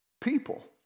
people